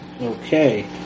Okay